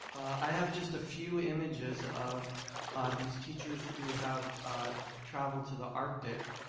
i have just a few images of these teachers who have ah traveled to the arctic,